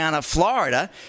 Florida